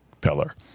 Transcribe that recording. pillar